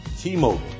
T-Mobile